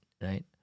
right